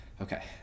Okay